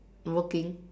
working